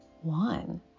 One